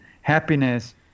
happiness